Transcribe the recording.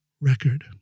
record